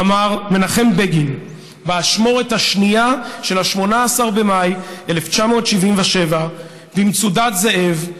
אמר מנחם בגין באשמורת השנייה של ה-18 במאי 1977 במצודת זאב,